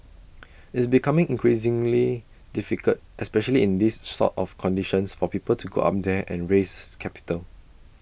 it's becoming increasingly difficult especially in these sort of conditions for people to go up there and raise capital